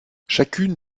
chacune